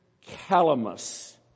calamus